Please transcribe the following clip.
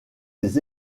les